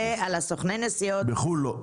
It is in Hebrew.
בחו"ל לא.